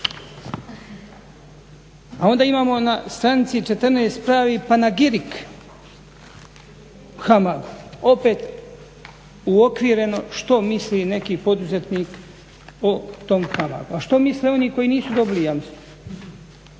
A onda imamo na stranici 14.pravi panegirik o HAMAG-u opet uokvireno što misli neki poduzetnik o tom HAMAG-u. A što misle oni koji nisu dobili